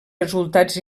resultats